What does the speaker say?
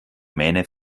mähne